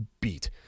beat